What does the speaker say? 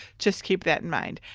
just keep that in mind.